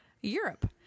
Europe